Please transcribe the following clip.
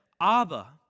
Abba